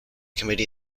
committee